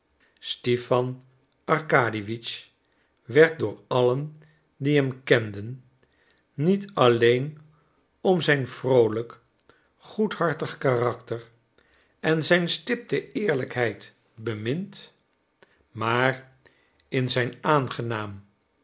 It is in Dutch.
stipan arkadiewitsch werd door allen die hem kenden niet alleen om zijn vroolijk goedhartig karakter en zijn stipte eerlijkheid bemind maar in zijn aangenaam